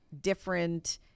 different